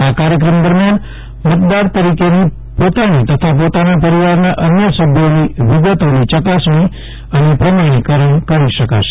આ કાર્યક્રમ દરમ્યાન મતદાર તરીકેની પોતાની તથા પોતાના પરિવારના અન્ય સભ્યોની વિગતોની ચકાસણી અને પ્રમાણિકરણ કરી શકાશે